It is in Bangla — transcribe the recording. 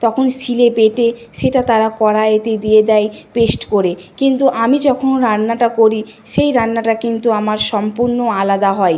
তখন শিলে বেটে সেটা তারা কড়াইতে দিয়ে দেয় পেস্ট করে কিন্তু আমি যখন রান্নাটা করি সেই রান্নাটা কিন্তু আমার সম্পূর্ণ আলাদা হয়